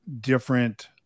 different